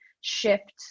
shift